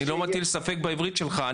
אני לא מטיל ספק בעברית שלך,